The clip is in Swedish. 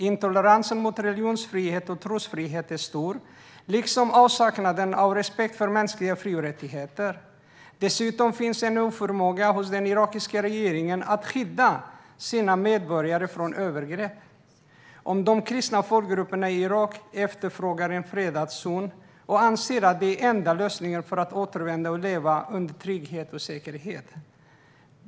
Intoleransen mot religionsfrihet och trosfrihet är stor liksom avsaknaden av respekt för mänskliga fri och rättigheter. Dessutom finns en oförmåga hos den irakiska regeringen att skydda sina medborgare från övergrepp. De kristna folkgrupperna i Irak efterfrågar en fredad zon och anser att det är den enda lösningen för att återvända och leva under trygghet och säkerhet.